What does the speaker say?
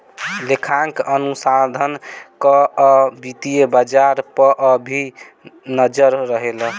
लेखांकन अनुसंधान कअ वित्तीय बाजार पअ भी नजर रहेला